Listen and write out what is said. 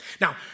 Now